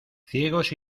ciegos